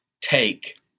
take